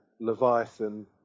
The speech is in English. Leviathan